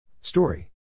Story